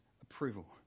approval